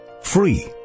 free